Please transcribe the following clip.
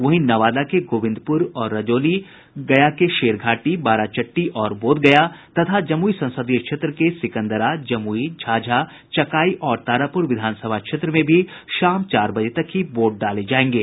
वहीं नवादा के गोविंदपुर और रजौली गया के शेरघाटी बाराचट्टी और बोधगया तथा जमुई संसदीय क्षेत्र के सिंकदरा जमुई झाझा चकाई और तारापुर विधानसभा क्षेत्र में भी शाम चार बजे तक ही वोट डाले जायेंगे